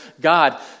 God